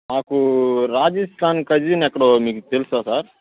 మాకు రాజస్థాన్ కజిన్ ఎక్కడో మీకు తెలుసా సార్